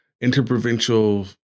interprovincial